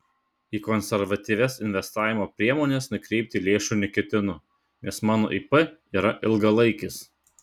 į konservatyvias investavimo priemones nukreipti lėšų neketinu nes mano ip yra ilgalaikis